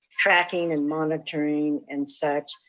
tracking and monitoring, and such.